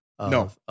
No